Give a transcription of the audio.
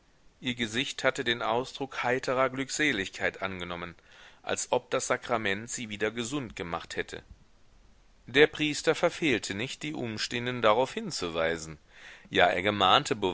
ihr gesicht hatte den ausdruck heiterer glückseligkeit angenommen als ob das sakrament sie wieder gesund gemacht hätte der priester verfehlte nicht die umstehenden darauf hinzuweisen ja er gemahnte